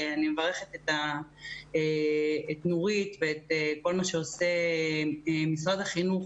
אני מברכת את נורית ואת כל מה שעושים משרד החינוך